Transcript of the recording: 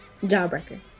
jawbreaker